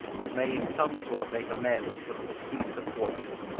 but may in some sort make amends for the caprice of fortune,